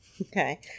Okay